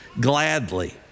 gladly